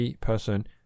person